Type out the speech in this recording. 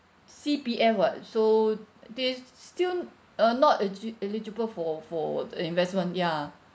C_P_F [what] so they s~ still uh not e~ gi~ eligible for for the investment ya